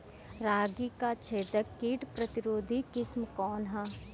रागी क छेदक किट प्रतिरोधी किस्म कौन ह?